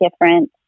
different